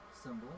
symbol